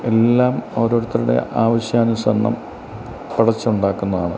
എല്ലാം ഓരോരുത്തരുടെ ആവശ്യാനുസരണം വളച്ചുണ്ടാക്കുന്നതാണ്